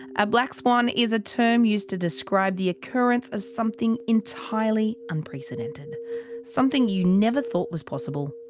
a black swan is a term used to describe the occurrence of something entirely unprecedented something you never thought was possible,